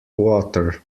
water